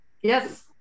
Yes